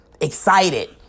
excited